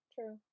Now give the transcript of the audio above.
True